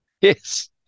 Yes